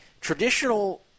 traditional